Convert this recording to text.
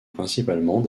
principalement